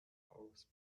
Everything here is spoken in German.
aus